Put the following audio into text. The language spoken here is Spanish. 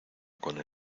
con